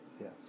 Yes